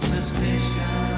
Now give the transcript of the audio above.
Suspicion